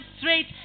straight